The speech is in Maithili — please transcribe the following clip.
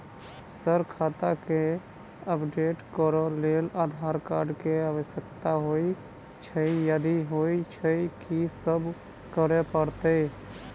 सर खाता केँ अपडेट करऽ लेल आधार कार्ड केँ आवश्यकता होइ छैय यदि होइ छैथ की सब करैपरतैय?